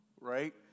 right